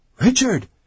Richard